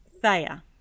Thea